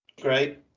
Great